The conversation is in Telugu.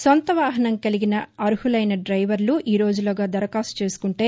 సొంత వాహనం కలిగి అర్హులైన డ్రెవర్లు ఈ రోజు లోగా దరఖాస్తు చేసుకుంటే